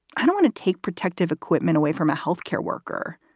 i don't want to take protective equipment away from a health care worker.